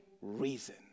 reason